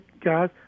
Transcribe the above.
guys